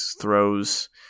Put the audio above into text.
throws